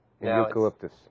Eucalyptus